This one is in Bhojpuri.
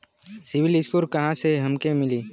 सिविल स्कोर कहाँसे हमके मिली?